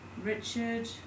Richard